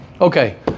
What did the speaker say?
Okay